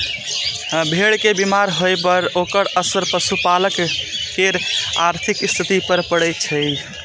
भेड़ के बीमार होइ पर ओकर असर पशुपालक केर आर्थिक स्थिति पर पड़ै छै